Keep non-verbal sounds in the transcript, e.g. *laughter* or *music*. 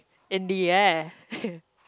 in the air *laughs*